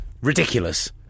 ridiculous